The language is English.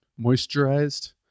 Moisturized